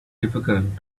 difficult